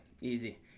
Easy